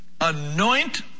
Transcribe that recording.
Anoint